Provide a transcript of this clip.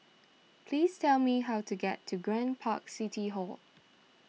please tell me how to get to Grand Park City Hall